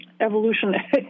evolutionary